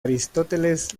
aristóteles